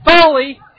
Foley